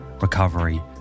recovery